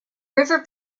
river